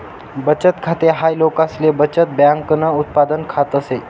बचत खाते हाय लोकसले बचत बँकन उत्पादन खात से